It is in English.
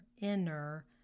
inner